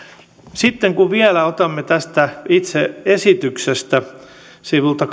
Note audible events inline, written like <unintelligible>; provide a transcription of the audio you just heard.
sitten kun vielä otamme tästä itse esityksestä sivulta <unintelligible>